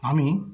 আমি